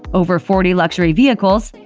over forty luxury vehicles,